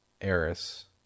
Eris